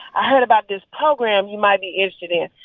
i heard about this program you might be interested in.